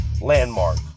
Landmark